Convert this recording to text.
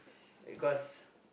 because